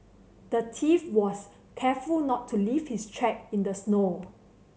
the thief was careful not to leave his track in the snow